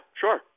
sure